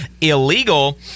illegal